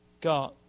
God